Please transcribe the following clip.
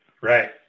Right